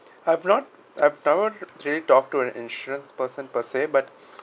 I've not I've never really talk to an insurance person per se but